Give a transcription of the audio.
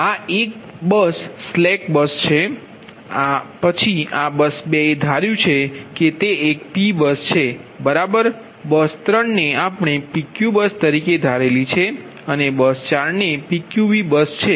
આ બસ 1 એક slack bus છે પછી આ બસ 2 એ ધાર્યું છે કે તે એક P બસ છે બરાબર બસ 3 ને આપણે PQ બસ તરીકે ધારેલી છે અને બસ 4 તે PQV બસ છે